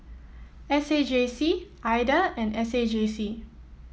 S A J C Ida and S A J C